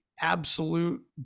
absolute